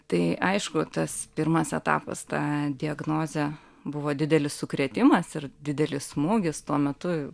tai aišku tas pirmas etapas ta diagnozė buvo didelis sukrėtimas ir didelis smūgis tuo metu